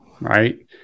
right